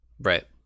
right